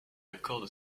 accorde